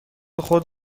خود